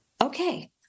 okay